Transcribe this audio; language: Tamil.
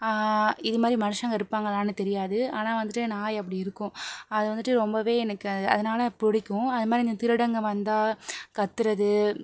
இதுமாதிரி மனுஷங்க இருப்பாங்களானு தெரியாது ஆனால் வந்துட்டு நாய் அப்படி இருக்கும் அது வந்துட்டு ரொம்பவே எனக்கு அதை அதனால் பிடிக்கும் அதுமாதிரி இந்த திருடங்க வந்தால் கத்துறது